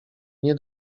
nie